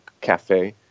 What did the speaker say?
cafe